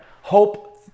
Hope